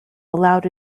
allowed